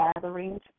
gatherings